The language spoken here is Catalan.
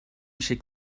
xic